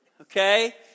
okay